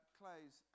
close